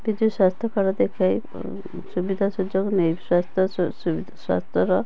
ଏବେ ଯେଉଁ ସ୍ୱାସ୍ଥ୍ୟ କାର୍ଡ଼ ଦେଖାଇ ସୁବିଧା ସୁଯୋଗ ନେଇ ସ୍ୱାସ୍ଥ୍ୟ ସ୍ୱାସ୍ଥ୍ୟର